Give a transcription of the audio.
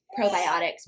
probiotics